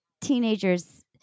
teenagers